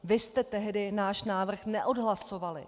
Vy jste tehdy náš návrh neodhlasovali.